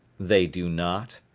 they do not.